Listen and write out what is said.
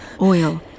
oil